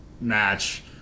match